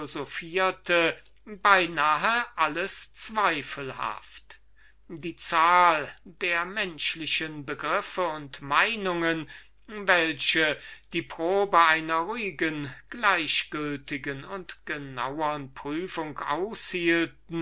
die zahl der menschlichen begriffe und meinungen welche die probe einer ruhigen gleichgültigen und genauen prüfung aushielten